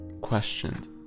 questioned